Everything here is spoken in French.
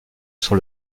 sur